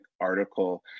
article